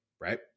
right